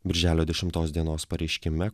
birželio dešimtos dienos pareiškime